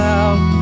out